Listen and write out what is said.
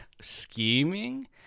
scheming